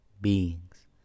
beings